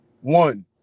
one